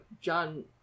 John